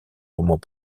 romans